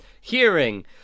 hearing